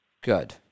Good